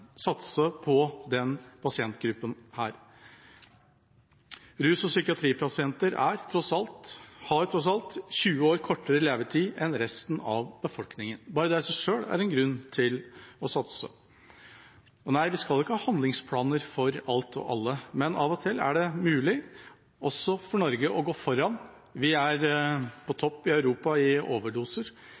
satse på denne pasientgruppen. Rus- og psykiatripasienter har tross alt 20 år kortere levetid enn resten av befolkningen. Bare det i seg selv er en grunn til å satse. Nei, vi skal ikke ha handlingsplaner for alt og alle, men av og til er det mulig også for Norge å gå foran. Vi er på topp i Europa i antall overdoser.